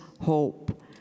hope